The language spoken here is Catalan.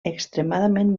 extremadament